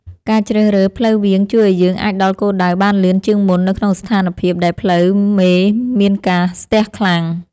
ការជ្រើសរើសផ្លូវវាងជួយឱ្យយើងអាចដល់គោលដៅបានលឿនជាងមុននៅក្នុងស្ថានភាពដែលផ្លូវមេមានការស្ទះខ្លាំង។